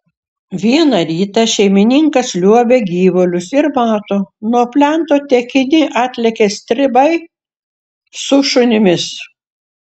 vieną rytą šeimininkas liuobia gyvulius ir mato nuo plento tekini atlekia stribai su šunimis